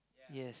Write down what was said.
yes